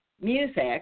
music